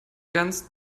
ganz